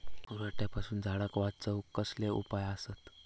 रोट्यापासून झाडाक वाचौक कसले उपाय आसत?